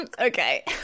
okay